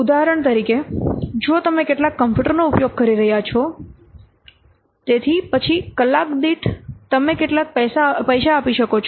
ઉદાહરણ તરીકે જો તમે કેટલાક કમ્પ્યુટરનો ઉપયોગ કરી રહ્યાં છો તેથી પછી કલાક દીઠ તમે કેટલાક પૈસા આપી શકો છો